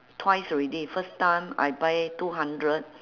twice already first time I buy two hundred